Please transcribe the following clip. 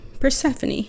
Persephone